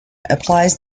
applies